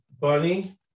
Bunny